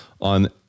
on